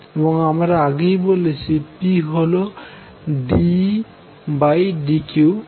এবং আমরা আগেই বলেছি p হল d Ed q